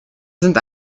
sind